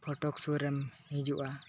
ᱯᱷᱚᱴᱚᱠ ᱥᱩᱨᱮᱢ ᱦᱤᱡᱩᱜᱼᱟ